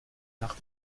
nach